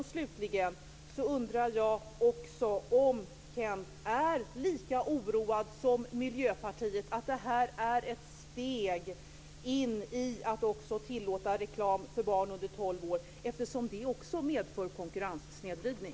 Är Kenth Högström lika oroad som Miljöpartiet är för att det här är ett steg in i att tillåta reklam för barn under tolv år? Det medför ju också konkurrenssnedvridning.